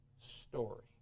story